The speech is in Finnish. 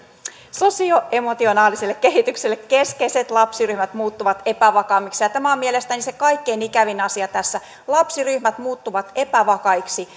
sosioemotionaaliselle kehitykselle keskeiset lapsiryhmät muuttuvat epävakaammiksi ja tämä on mielestäni se kaikkein ikävin asia tässä lapsiryhmät muuttuvat epävakaiksi